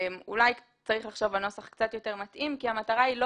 אולי צריך לחשוב על נוסח קצת יותר מתאים כי המטרה היא לא